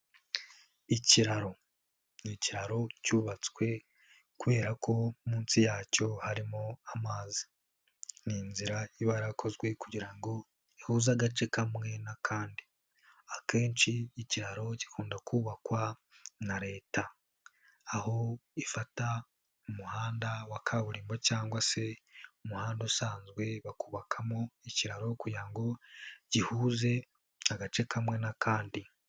Ikiraro, nicyaro cyubatswe kubera ko munsi yacyo harimo amazi, n'inzira iba yarakozwe kugira ngo ihuze agace kamwe n'akandi. Akenshi iikiraro gikunda kubakwa na leta, aho ifata umuhanda wa kaburimbo cyangwa se umuhanda usanzwe, bakubakamo ikiraro kugira ngo gihuze agace kamwe n'akandi.